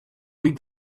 week